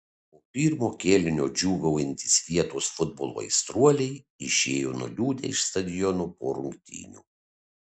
po pirmojo kėlinio džiūgaujantys vietos futbolo aistruoliai išėjo nuliūdę iš stadiono po rungtynių